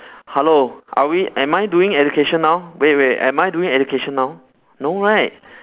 hello are we am I doing education now wait wait am I doing education now no right